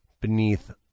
beneath